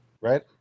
Right